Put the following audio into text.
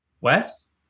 Wes